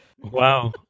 wow